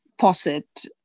posit